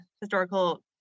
historical